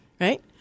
right